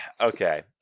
okay